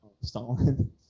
Stalin